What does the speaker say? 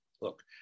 look